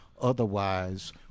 otherwise